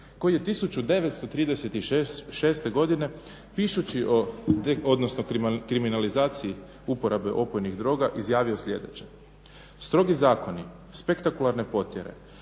koji je 1936. godine pišući o kriminalizaciji uporabe opojnih droga izjavio sljedeće. Strogi zakoni, spektakularne potjere,